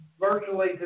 virtually